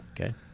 Okay